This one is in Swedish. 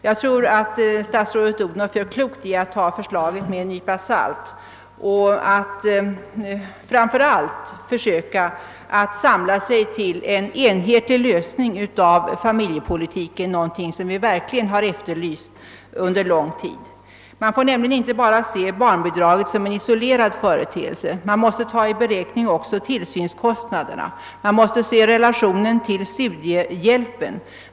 Jag tror att statsrådet Odhnoff gör klokt i att ta förslaget med en nypa salt och framför allt att försöka samla sig till en enhetlig lösning av familjepolitiken, något som vi verkligen efterlyst under lång tid. Man får nämligen inte bara se barnbidraget som en isolerad företeelse, utan man måste också ta tillsynskostnaderna i beräkning. Man måste dessutom ta hänsyn till relationen till studiehjälpen.